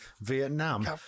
Vietnam